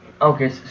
Okay